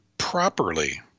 properly